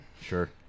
sure